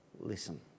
Listen